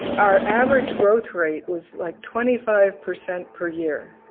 our average growth rate was like twenty five percent per year,